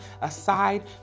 aside